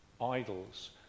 idols